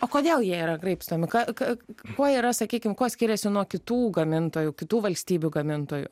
o kodėl jie yra graibstomi ką ką kuo jie yra sakykim kuo skiriasi nuo kitų gamintojų kitų valstybių gamintojų